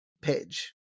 page